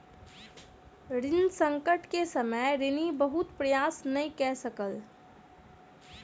ऋण संकट के समय ऋणी बहुत प्रयास नै कय सकल